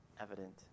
evident